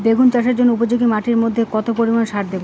বেগুন চাষের জন্য উপযোগী মাটির মধ্যে কতটা পরিমান সার দেব?